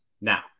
Now